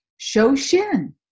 Shoshin